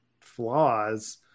flaws